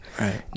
Right